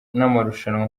n’amarushanwa